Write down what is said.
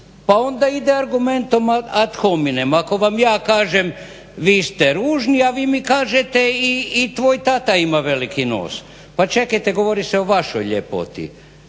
pa onda ide argumentom ad hominem. Ako vam ja kažem vi ste ružni, a vi mi kažete i tvoj tata ima veliki nos. Pa čekajte, govori se o vašoj ljepoti.